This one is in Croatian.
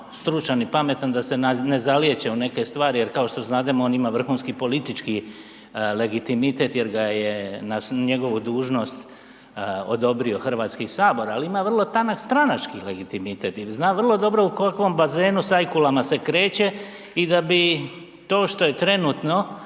stručan i pametan da se ne zalijeće u neke stvari jer kao što znademo on ima vrhunski politički legitimitet jer ga je na svu njegovu dužnost odobrio HS, al ima vrlo tanak stranački legitimitet jer zna vrlo dobro u kolkom bazenu s ajkulama se kreće i da bi to što je trenutno